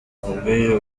bw’ibyo